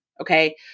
Okay